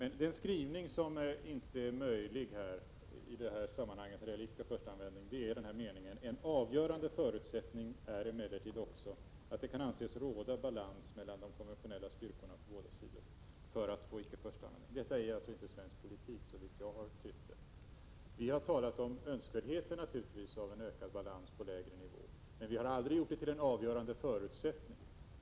Den skrivning som inte är möjlig i detta sammanhang är: ”En avgörande förutsättning är emellertid också att det kan anses råda balans mellan de konventionella styrkorna på båda sidor.” Detta är icke svensk politik som jag har tytt den. Vi har talat om önskvärdheten av ökad balans på lägre nivå, men vi har aldrig gjort det till en avgörande förutsättning.